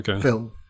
film